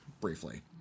briefly